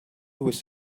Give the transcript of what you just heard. was